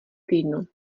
týdnu